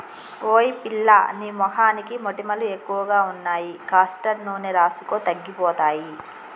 ఓయ్ పిల్లా నీ మొహానికి మొటిమలు ఎక్కువగా ఉన్నాయి కాస్టర్ నూనె రాసుకో తగ్గిపోతాయి